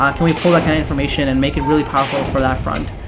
um can we pull that kind information and make it really powerful for that front?